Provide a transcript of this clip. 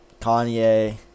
Kanye